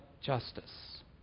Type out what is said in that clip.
justice